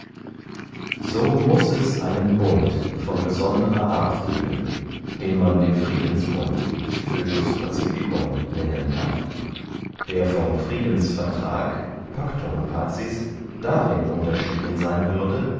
so muß es einen bund von besonderer art geben den man den friedensbund foedus pacificum nennen kann der vom friedensvertrag pactum pacis darin unterschieden seyn würde